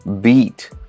beat